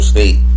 State